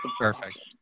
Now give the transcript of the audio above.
Perfect